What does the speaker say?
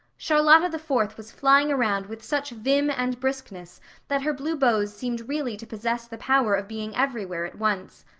charlotta the fourth was flying around with such vim and briskness that her blue bows seemed really to possess the power of being everywhere at once.